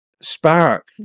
spark